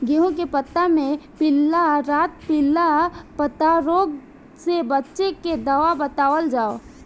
गेहूँ के पता मे पिला रातपिला पतारोग से बचें के दवा बतावल जाव?